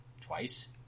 Twice